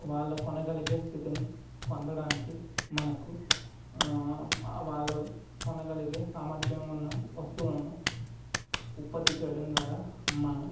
వాళ్ళ కొనగలిగే స్థితిని పొందడానికి మనకు వాళ్ళ కొనగలిగే సామర్థ్యం ఉన్న వస్తువులను ఉత్పత్తి చేయడం ద్వారా మనం